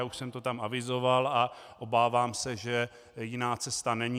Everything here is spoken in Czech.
Já už jsem to tam avizoval a obávám se, že jiná cesta není.